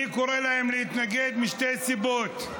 אני קורא להם להתנגד משתי סיבות: